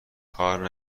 کار